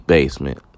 Basement